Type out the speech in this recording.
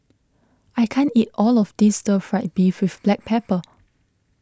I can't eat all of this Stir Fry Beef with Black Pepper